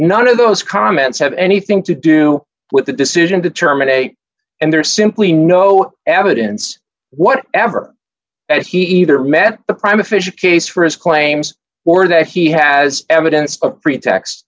none of those comments have anything to do with the decision to terminate and there's simply no evidence what ever that he either met the prime official case for his claims or that he has evidence of pretext